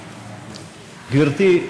גברתי,